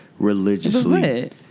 Religiously